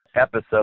episode